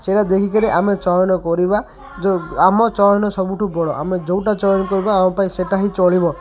ସେଇଟା ଦେଖିକିରି ଆମେ ଚୟନ କରିବା ଯେଉଁ ଆମ ଚୟନ ସବୁଠୁ ବଡ଼ ଆମେ ଯେଉଁଟା ଚୟନ କରିବା ଆମ ପାଇଁ ସେଇଟା ହିଁ ଚଳିବ